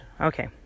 Okay